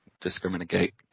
discriminate